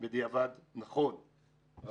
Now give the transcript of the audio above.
בדיעבד נכון.